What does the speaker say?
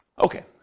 okay